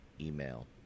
email